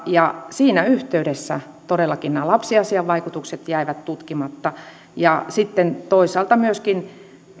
ja siinä yhteydessä todellakin nämä lapsiasiavaikutukset jäivät tutkimatta ja sitten toisaalta myöskin